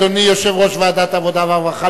אדוני יושב-ראש ועדת העבודה והרווחה,